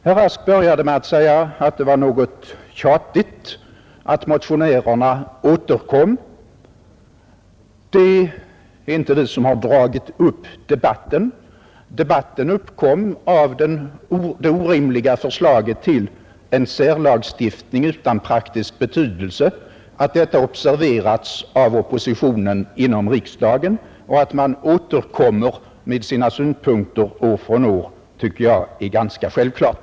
Herr Rask började med att säga att det varit något tjatigt att motionärerna återkommit. Det är inte vi som dragit upp debatten. Debatten uppkom genom det orimliga förslaget till en särlagstiftning utan praktisk betydelse. Att sådant observeras av oppositionen inom riksdagen och att man återkommer med sina synpunkter år från år tycker jag är ganska självklart.